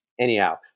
Anyhow